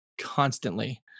constantly